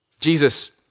Jesus